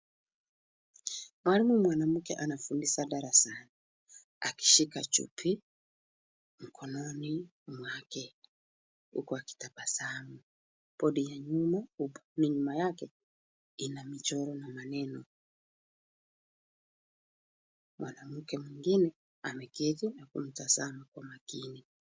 Mwalimu mwanamke anafundisha darasani. Akishika chupi mkononi mwake, huku akitabasamu. Bodi ya nyuma yake, ina michoro na maneno. Mwanamke mwingine ameketi na kumtazama kwa makini.